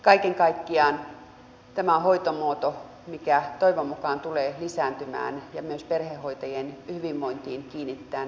kaiken kaikkiaan tämä on hoitomuoto mikä toivon mukaan tulee lisääntymään ja myös perhehoitajien hyvinvointiin kiinnitetään riittävästi huomiota